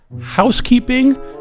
housekeeping